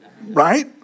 Right